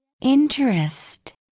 Interest